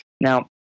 Now